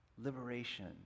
liberation